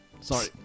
sorry